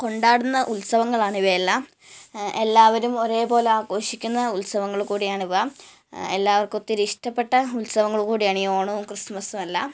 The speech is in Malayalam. കൊണ്ടാടുന്ന ഉത്സവങ്ങളാണ് ഇവയെല്ലാം എല്ലാവരും ഒരേപോലെ ആഘോഷിക്കുന്ന ഉത്സവങ്ങളുകൂടിയാണിവ എല്ലാവര്ക്കും ഒത്തിരി ഇഷ്ടപ്പെട്ട ഉത്സവങ്ങളുകൂടിയാണി ഓണവും ക്രിസ്മസുമെല്ലാം